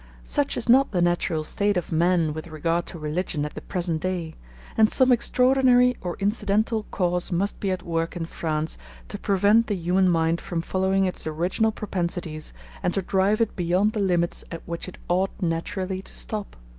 such is not the natural state of men with regard to religion at the present day and some extraordinary or incidental cause must be at work in france to prevent the human mind from following its original propensities and to drive it beyond the limits at which it ought naturally to stop.